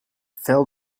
fell